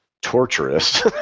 torturous